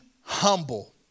humble